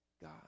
God